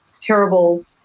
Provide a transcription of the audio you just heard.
terrible